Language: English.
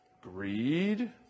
greed